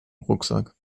rucksack